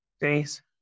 Days